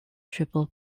triple